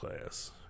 class